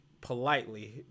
politely